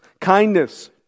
Kindness